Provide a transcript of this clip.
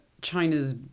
China's